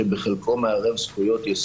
שיקול דעת מירבי למכלול הזכויות של